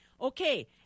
okay